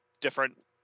different